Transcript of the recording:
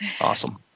Awesome